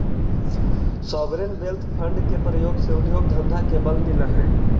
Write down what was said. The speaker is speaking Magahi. सॉवरेन वेल्थ फंड के प्रयोग से उद्योग धंधा के बल मिलऽ हई